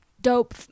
dope